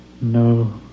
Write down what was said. No